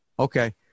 Okay